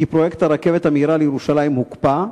כי פרויקט הרכבת המהירה לירושלים הוקפא,